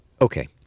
Okay